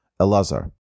Elazar